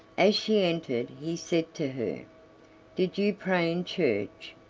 as she entered he said to her did you pray in church?